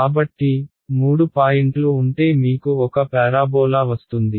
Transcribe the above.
కాబట్టి మూడు పాయింట్లు ఉంటే మీకు ఒక ప్యారాబోలా వస్తుంది